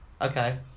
okay